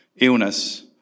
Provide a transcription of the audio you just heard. illness